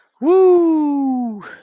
Woo